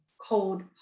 cold